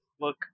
look